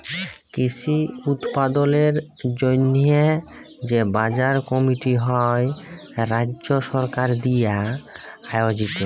কৃষি উৎপাদলের জন্হে যে বাজার কমিটি হ্যয় রাজ্য সরকার দিয়া আয়জিত